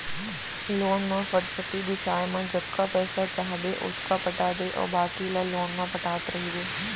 loan म फटफटी बिसाए म जतका पइसा चाहबे ओतका पटा दे अउ बाकी ल लोन म पटात रइबे